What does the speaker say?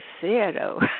zero